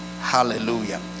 Hallelujah